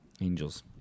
angels